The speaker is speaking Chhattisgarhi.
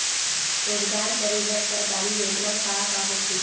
रोजगार करे बर सरकारी योजना का का होथे?